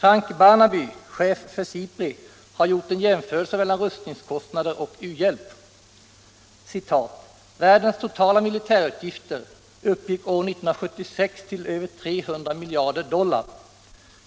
Frank Barnaby, chef för SIPRI, har gjort en jämförelse mellan rustningskostnader och u-hjälp: ”Världens totala militärutgifter uppgick år 1976 till över 300 miljarder dollar.